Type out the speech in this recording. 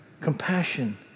Compassion